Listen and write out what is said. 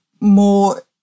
more